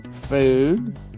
food